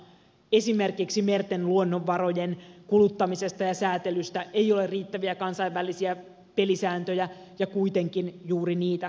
esimerkiksi merten luonnonvarojen kuluttamisesta ja säätelystä ei ole riittäviä kansainvälisiä pelisääntöjä ja kuitenkin juuri niitä tarvittaisiin